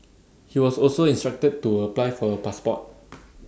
he was also instructed to A apply for A passport